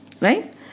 Right